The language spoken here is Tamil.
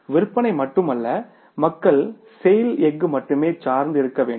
எனவே விற்பனை மட்டுமல்ல மக்கள் செய்ல் எஃகு மட்டுமே சார்ந்து இருக்க வேண்டும்